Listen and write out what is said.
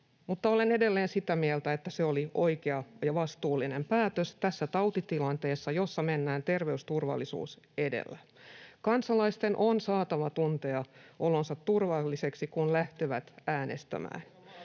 olen edelleen sitä mieltä, että se oli oikea ja vastuullinen päätös tässä tautitilanteessa, jossa mennään ter-veysturvallisuus edellä. Kansalaisten on saatava tuntea olonsa turvalliseksi, kun he lähtevät äänestämään.